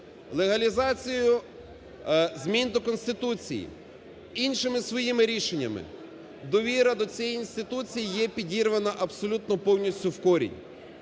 Легалізацію змін до Конституції іншими своїми рішеннями, довіра до цієї інституції є підірвана абсолютно повністю в корінь.